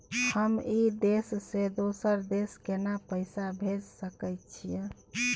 हम ई देश से दोसर देश केना पैसा भेज सके छिए?